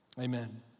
amen